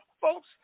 folks